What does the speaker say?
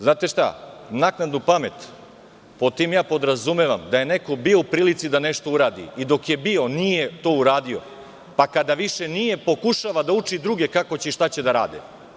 Znate šta, naknadnu pamet podrazumevam pod tim da je neko bio u prilici da nešto uradi i dok je bio, nije to uradio, pa kada više nije, pokušava da uči druge kako će i šta će da rade.